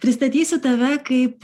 pristatysiu tave kaip